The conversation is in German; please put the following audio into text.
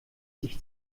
dich